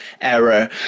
error